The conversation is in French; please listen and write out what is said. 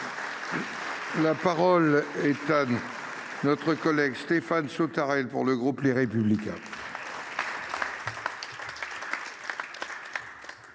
La parole est à M. Stéphane Sautarel, pour le groupe Les Républicains.